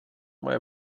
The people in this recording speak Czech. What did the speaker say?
moje